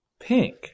pink